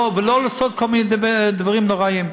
לא לעשות כל מיני דברים נוראיים.